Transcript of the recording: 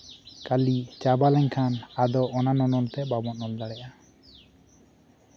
ᱠᱟᱞᱤ ᱪᱟᱵᱟ ᱞᱮᱱᱠᱷᱟᱱ ᱟᱫᱚ ᱚᱱᱟ ᱱᱚᱱᱚᱞ ᱛᱮ ᱵᱟᱵᱚᱱ ᱚᱞ ᱫᱟᱲᱮᱭᱟᱜᱼᱟ